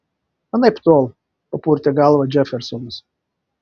anaiptol papurtė galvą džefersonas